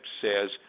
says